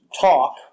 talk